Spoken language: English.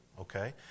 Okay